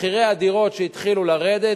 מחירי הדירות שהתחילו לרדת,